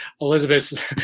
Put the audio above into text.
Elizabeth